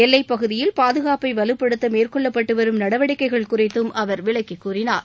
எல்லைப் பகுதியில் பாதுகாப்பை வலுப்படுத்த மேற்கொள்ளப்பட்டு வரும் நடவடிக்கைகள் குறித்தும் அவர் விளக்கிக்கூறினார்